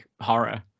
horror